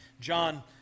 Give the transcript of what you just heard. John